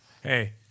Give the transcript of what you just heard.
Hey